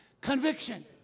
Conviction